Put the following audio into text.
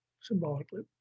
symbolically